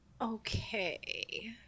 Okay